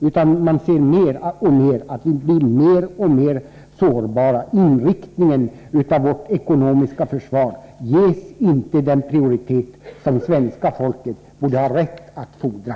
Vårt ekonomiska försvar blir alltmer sårbart, och det ges inte den prioritet som svenska folket har rätt att fordra.